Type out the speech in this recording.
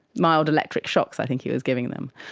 mild electric shocks i think he was giving them.